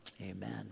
Amen